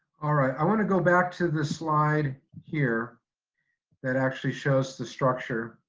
all right, i want to go back to the slide here that actually shows the structure.